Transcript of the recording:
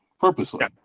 purposely